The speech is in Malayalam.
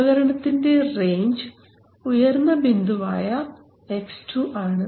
ഉപകരണത്തിൻറെ റേഞ്ച് ഉയർന്ന ബിന്ദുവായ X2 ആണ്